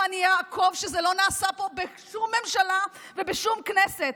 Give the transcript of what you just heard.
ואני אעקוב שזה לא נעשה פה בשום ממשלה ובשום כנסת,